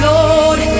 Lord